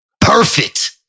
Perfect